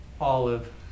olive